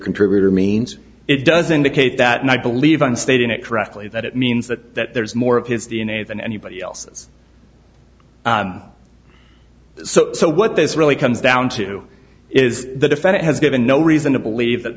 contributor means it does indicate that and i believe i'm stating it correctly that it means that there's more of his d n a than anybody else's so so what this really comes down to is the defendant has given no reason to believe that